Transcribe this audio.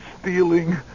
Stealing